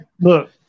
Look